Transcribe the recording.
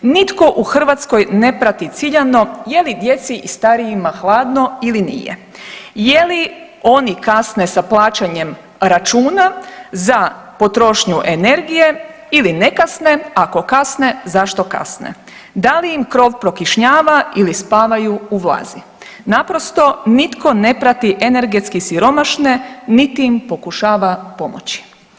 Nitko u Hrvatskoj ne prati ciljano je li djeci i starijima hladno ili nije, je li oni kasne sa plaćanjem računa za potrošnju energije ili ne kasne, ako kasne zašto kasne, da li im krov prokišnjava ili spavaju u vlazi, naprosto nitko ne prati energetski siromašne niti im pokušava pomoći.